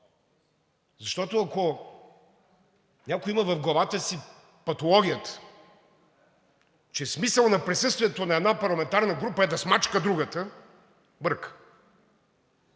Защото, ако някой има в главата си патологията, че смисълът на присъствието на една парламентарна група е да смачка другата, бърка.